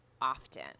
often